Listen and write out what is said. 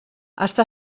està